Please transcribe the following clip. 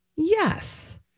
Yes